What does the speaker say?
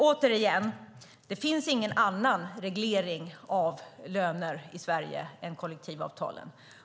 Återigen: Det finns ingen annan reglering av löner i Sverige än kollektivavtalen.